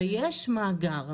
ויש מאגר.